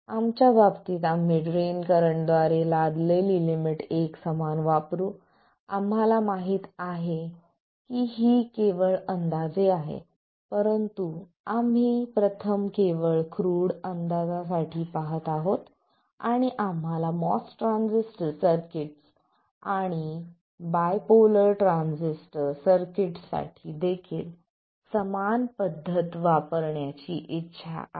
आमच्या बाबतीत आम्ही ड्रेन करंटद्वारे लादलेली लिमिट एकसमान वापरु आम्हाला माहित आहे की ही केवळ अंदाजे आहे परंतु आम्ही प्रथम केवळ क्रूड अंदाजासाठी पहात आहोत आणि आम्हाला MOS ट्रान्झिस्टर सर्किट्स आणि बायपोलर ट्रान्झिस्टर सर्किट्स साठी देखील समान पद्धत वापरण्याची इच्छा आहे